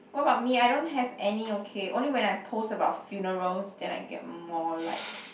what about me I don't have any okay only when I post about funerals then I get more likes